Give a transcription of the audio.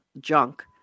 junk